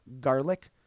garlic